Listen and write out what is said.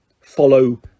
Follow